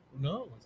No